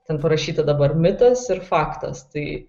ten parašyta dabar mitas ir faktas tai